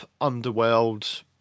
underworld